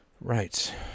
Right